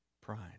pride